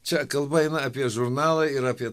čia kalba eina apie žurnalą ir apie